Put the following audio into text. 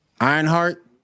Ironheart